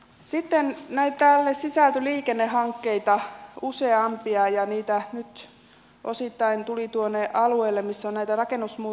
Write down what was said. sitten näitten alle sisältyi liikennehankkeita useampia ja niitä nyt osittain tuli tuonne alueelle missä on näitä rakennemuutospaikkakuntia